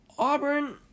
Auburn